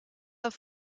auf